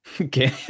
Okay